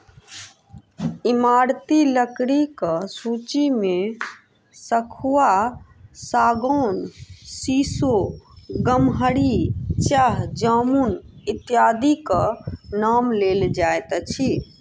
ईमारती लकड़ीक सूची मे सखुआ, सागौन, सीसो, गमहरि, चह, जामुन इत्यादिक नाम लेल जाइत अछि